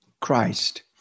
Christ